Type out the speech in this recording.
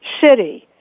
city